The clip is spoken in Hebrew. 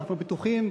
אנחנו בטוחים,